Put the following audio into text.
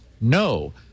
No